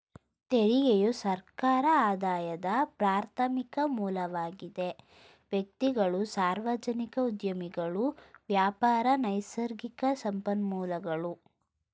ತೆರಿಗೆಯು ಸರ್ಕಾರ ಆದಾಯದ ಪ್ರಾರ್ಥಮಿಕ ಮೂಲವಾಗಿದೆ ವ್ಯಕ್ತಿಗಳು, ಸಾರ್ವಜನಿಕ ಉದ್ಯಮಗಳು ವ್ಯಾಪಾರ, ನೈಸರ್ಗಿಕ ಸಂಪನ್ಮೂಲಗಳು